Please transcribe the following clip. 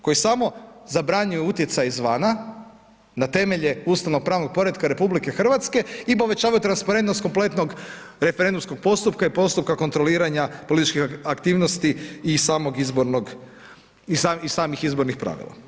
Koji samo zabranjuje utjecaj izvana na temelje ustavnopravnog poretka RH i povećava transparentnost kompletnog referendumskog postupka i postupka kontroliranja političkih aktivnosti i samog izbornog i samih izbornih pravila.